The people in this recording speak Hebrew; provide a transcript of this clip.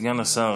סגן השר